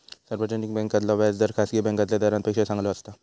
सार्वजनिक बॅन्कांतला व्याज दर खासगी बॅन्कातल्या दरांपेक्षा चांगलो असता